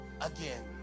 again